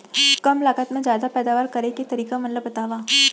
कम लागत मा जादा पैदावार करे के तरीका मन ला बतावव?